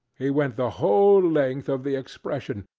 he went the whole length of the expression,